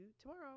tomorrow